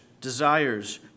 desires